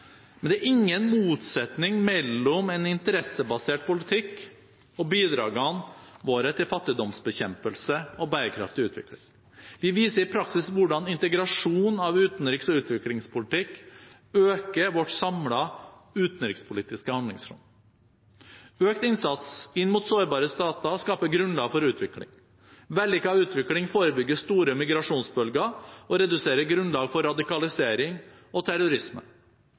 Men det er ingen motsetning mellom en interessebasert politikk og bidragene våre til fattigdomsbekjempelse og bærekraftig utvikling. Vi viser i praksis hvordan integrasjon av utenriks- og utviklingspolitikk øker vårt samlede utenrikspolitiske handlingsrom. Økt innsats inn mot sårbare stater skaper grunnlag for utvikling. Vellykket utvikling forebygger store migrasjonsbølger og reduserer grunnlag for radikalisering og terrorisme.